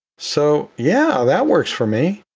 so yeah, that works for me.